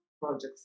projects